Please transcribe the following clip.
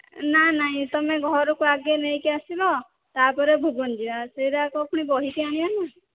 ନା ନାଇଁ ତୁମେ ଘରକୁ ଆଗେ ନେଇକି ଆସିବ ତା'ପରେ ଭୁବନ ଯିବା ସେଯାକ ପୁଣି ବୋହିକି ଆଣିବା ନା